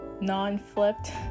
non-flipped